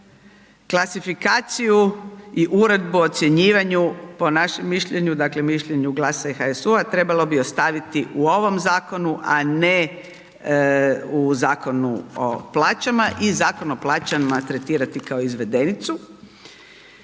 klasifikaciju i uredbu o ocjenjivanju po našem mišljenju, dakle mišljenju GLAS-a i HSU-a trebalo bi ostaviti u ovom zakonu, a ne u Zakonu o plaćama i Zakon o plaćama tretirati kao izvedenicu.